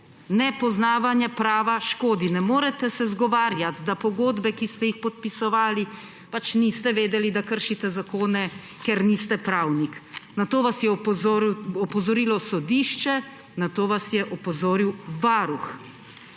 nepoznavanje prava škodi. Ne morete se izgovarjati, da za pogodbe, ki ste jih podpisovali, niste vedeli, da kršite zakone, ker niste pravnik. Na to vas je opozorilo sodišče, nato vas je opozoril Varuh.